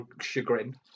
chagrin